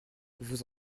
vous